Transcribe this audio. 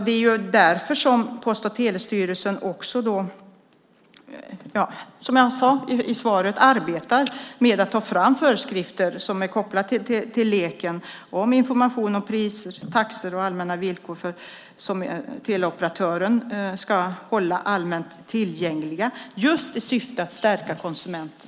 Det är därför som Post och telestyrelsen, som jag sade i svaret, arbetar med att ta fram föreskrifter som är kopplade till LEK om information om priser, taxor och allmänna villkor som teleoperatören ska hålla allmänt tillgänglig, just i syfte att stärka konsumenten.